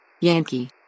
Yankee